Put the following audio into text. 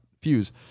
Fuse